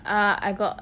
uh I got